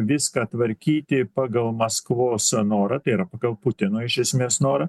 viską tvarkyti pagal maskvos norą tai yra pagal putino iš esmės norą